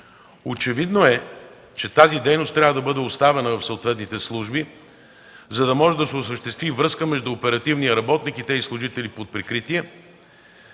Очевидно е, че тази дейност трябва да бъде оставена в съответните служби, за да може да се осъществи връзка между оперативния работник и тези служители под прикритие,